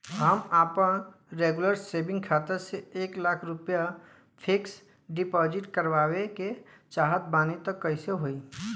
हम आपन regular saving खाता से एक लाख रुपया फिक्स डिपॉज़िट करवावे के चाहत बानी त कैसे होई?